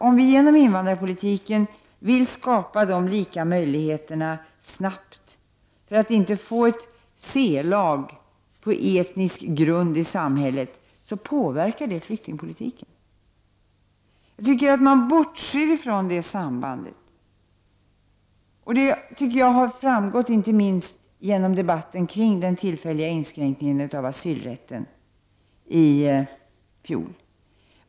Om vi genom invandrarpolitiken vill skapa de lika möjligheterna snabbt för att inte få ett C-lag på etnisk grund i samhälle så påverkar det flyktingpolitiken. Vissa bortser från det sambandet, vilket har framgått inte minst i debatten kring den tillfälliga inskränkningen av asylrätten i fjol.